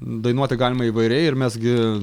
dainuoti galima įvairiai ir mes gi